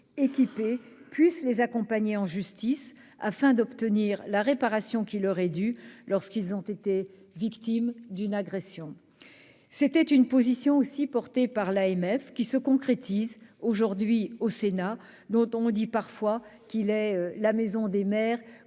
équipées, puissent les accompagner en justice, afin qu'ils obtiennent la réparation qui leur est due lorsqu'ils ont été victimes d'une agression. Cette position, que l'AMF aussi défendait, se concrétise aujourd'hui au Sénat, dont on dit parfois qu'il est la maison des maires